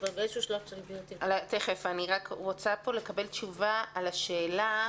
אני רוצה לקבל תשובה על השאלה: